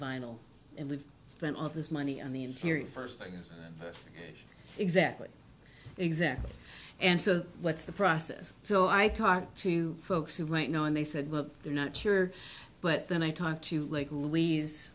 vinyl and we've spent all of this money on the interior first exactly exactly and so what's the process so i talked to folks who might know and they said well they're not sure but then i talked to like l